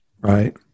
Right